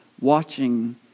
watching